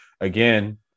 Again